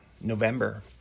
November